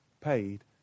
paid